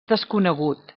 desconegut